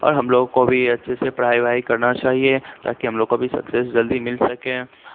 اور ہم لوگوں کو بھی اچھے سے پڑھائی وڑھائی کرنا چاہیے تاکہ ہم لوگ کو بھی سکسیز جلدی مل سکے